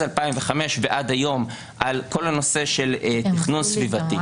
2005 ועד היום על כל הנושא של תכנון סביבתי.